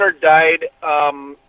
died